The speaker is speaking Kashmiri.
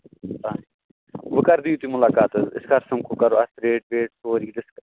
آ وۅں کَر دِیِو تُہۍ مُلاقات حظ أسۍ کَر سمکھو کَرو اَتھ ریٹ ویٹ سورُے ڈِسکس